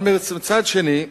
אבל מצד שני,